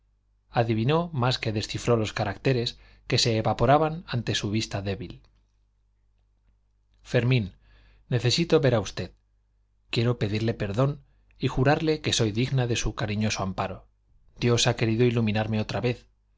adivinó más que descifró los caracteres que se evaporaban ante su vista débil fermín necesito ver a usted quiero pedirle perdón y jurarle que soy digna de su cariñoso amparo dios ha querido iluminarme otra vez